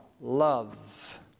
love